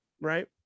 right